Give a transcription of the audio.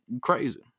crazy